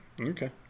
okay